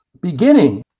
beginning